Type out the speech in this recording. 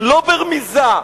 לא ברמיזה,